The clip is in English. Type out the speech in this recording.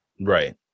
Right